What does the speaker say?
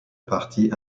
party